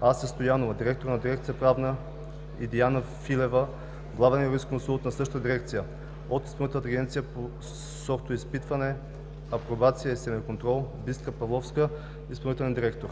Ася Стоянова – директор на дирекция „Правна“ и Диана Филева – главен юрисконсулт в същата дирекция. От Изпълнителната агенция по сортоизпитване, апробация и семеконтрол: Бистра Павловска – изпълнителен директор.